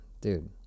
dude